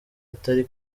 atari